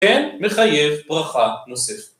אין מחייב ברכה נוספת